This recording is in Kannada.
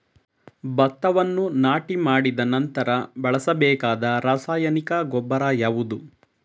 ಭತ್ತವನ್ನು ನಾಟಿ ಮಾಡಿದ ನಂತರ ಬಳಸಬೇಕಾದ ರಾಸಾಯನಿಕ ಗೊಬ್ಬರ ಯಾವುದು?